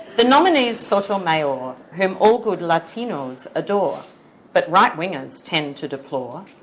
the nominee's sotomayor whom all good latinos adore but right-wingers tend to deplore.